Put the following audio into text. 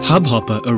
Hubhopper